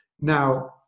Now